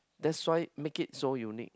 that's why make it so unique